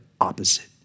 opposite